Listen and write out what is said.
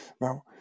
Now